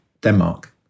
Denmark